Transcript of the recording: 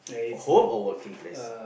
for home or working place